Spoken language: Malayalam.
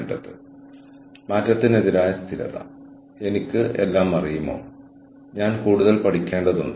കൂടാതെ നിർവചിക്കുന്ന സ്വഭാവസവിശേഷതകൾ നെറ്റ്വർക്കിന്റെ തലത്തിൽ അനുഭവം വർദ്ധിപ്പിക്കുക എന്നതാണ്